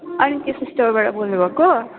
अनिकेस स्टोरबाट बोल्नु भएको